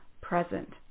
present